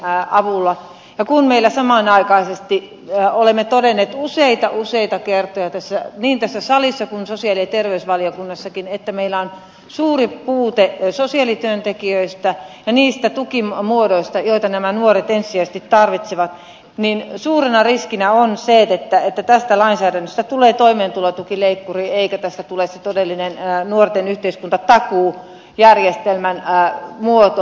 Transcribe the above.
ja kun me samanaikaisesti olemme todenneet useita useita kertoja niin tässä salissa kuin sosiaali ja terveysvaliokunnassakin että meillä on suuri puute sosiaalityöntekijöistä ja niistä tukimuodoista joita nämä nuoret ensisijaisesti tarvitsevat niin suurena riskinä on se että tästä lainsäädännöstä tulee toimeentulotukileikkuri eikä tästä tule sitä todellista nuorten yhteiskuntatakuujärjestelmän muotoa